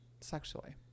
sexually